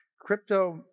Crypto